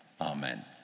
Amen